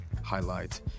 highlight